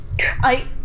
I-